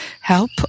help